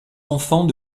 enfants